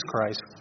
Christ